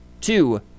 Two